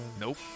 Nope